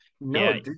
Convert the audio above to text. no